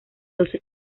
doce